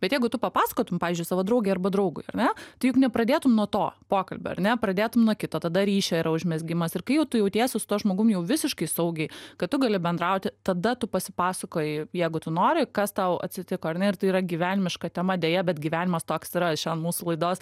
bet jeigu tu papasakotum pavyzdžiui savo draugei arba draugui ar ne tai juk nepradėtum nuo to pokalbio ar ne pradėtum nuo kito tada ryšio užmezgimas ir kai jau tu jautiesi su tuo žmogum jau visiškai saugiai kad tu gali bendrauti tada tu pasipasakoji jeigu tu nori kas tau atsitiko ar ne ir tai yra gyvenimiška tema deja bet gyvenimas toks yra šiandien mūsų laidos